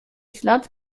ślad